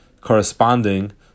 corresponding